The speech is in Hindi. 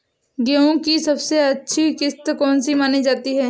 गेहूँ की सबसे अच्छी किश्त कौन सी मानी जाती है?